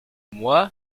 moi